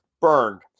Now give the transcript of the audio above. burned